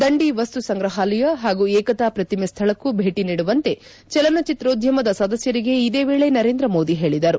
ದಂಡಿ ವಸ್ತು ಸಂಗ್ರಹಾಲಯ ಹಾಗೂ ಏಕತಾ ಪ್ರತಿಮೆ ಸ್ನಳಕ್ಕೂ ಭೇಟ ನೀಡುವಂತೆ ಚಲನಚಿತ್ರೋದ್ಲಮದ ಸದಸ್ಥರಿಗೆ ಇದೇ ವೇಳೆ ನರೇಂದ್ರ ಮೋದಿ ಹೇಳಿದರು